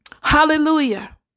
Hallelujah